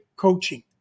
coaching